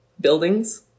buildings